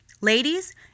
ladies